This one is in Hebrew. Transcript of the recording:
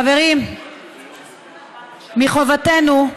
חברים, מחובתנו,